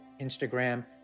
Instagram